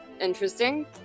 interesting